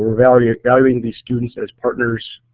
we're evaluating evaluating these students as partners